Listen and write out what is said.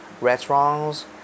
restaurants